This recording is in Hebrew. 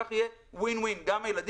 וכך יהיה יותר מצב של win-win - גם הילדים